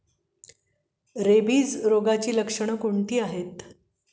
Rabies रोगाची लक्षणे कोणती आहेत?